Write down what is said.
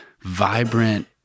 vibrant